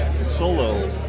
solo